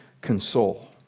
console